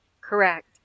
Correct